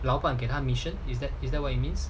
老板给他 mission is that is that what you means